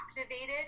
activated